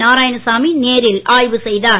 நாராயணசாமி நேரில் ஆய்வு செய்தார்